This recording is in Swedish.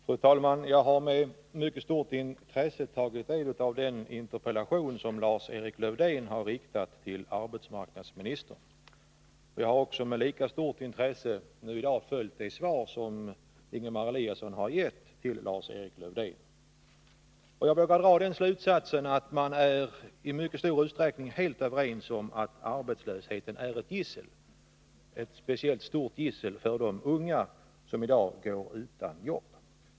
Fru talman! Jag har med mycket stort intresse tagit del av den interpellation som Lars-Erik Lövdén har riktat till arbetsmarknadsministern, och jag har också med lika stort intresse följt de svar som Ingemar Eliasson har gett till Lars-Erik Lövdén. Jag vill dra slutsatsen att man i mycket stor utsträckning är överens om att arbetslösheten är ett gissel, ett speciellt stort gissel för de unga som i dag går utan jobb.